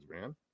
man